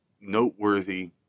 noteworthy